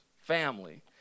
family